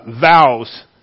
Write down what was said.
vows